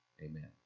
amen